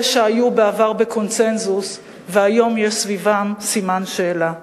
אלה שהיו בעבר בקונסנזוס והיום יש סביבם סימן שאלה.